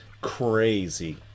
crazy